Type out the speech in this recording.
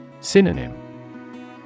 Synonym